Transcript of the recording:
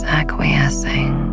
acquiescing